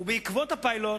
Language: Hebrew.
ובעקבות הפיילוט,